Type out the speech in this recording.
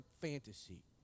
fantasy